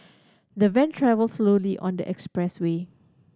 the van travelled slowly on the expressway